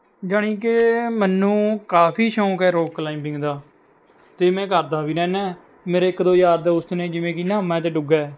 ਜਾਣੀ ਕਿ ਮੈਨੂੰ ਕਾਫ਼ੀ ਸ਼ੌਂਕ ਹੈ ਰੌਕ ਕਲਾਈਮਬਿੰਗ ਦਾ ਅਤੇ ਮੈਂ ਕਰਦਾ ਵੀ ਰਹਿੰਦਾ ਹਾਂ ਮੇਰੇ ਇੱਕ ਦੋ ਯਾਰ ਦੋਸਤ ਨੇ ਜਿਵੇਂ ਕਿ ਨਾ ਮੈਂ ਅਤੇ ਡੂਗਾ ਹੈ